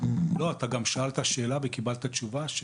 אתה גם שאלת שאלה וקיבלת תשובה,